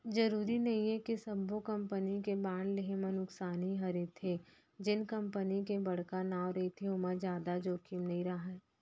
जरूरी नइये कि सब्बो कंपनी के बांड लेहे म नुकसानी हरेथे, जेन कंपनी के बड़का नांव रहिथे ओमा जादा जोखिम नइ राहय